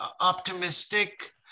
optimistic